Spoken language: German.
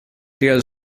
der